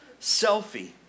selfie